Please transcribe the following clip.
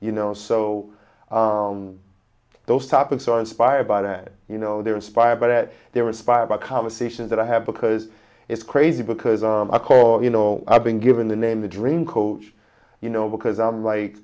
you know so those topics are inspired by that you know they're inspired by that they're a spy about conversations that i have because it's crazy because i call you know i've been given the name the dream coach you know because i'm like